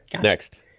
next